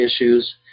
issues